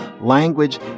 Language